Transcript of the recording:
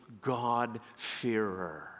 God-fearer